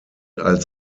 als